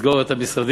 לסגור את המשרדים?